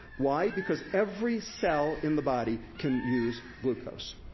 why? because every cell in the body can use glucose.